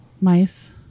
mice